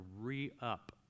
re-up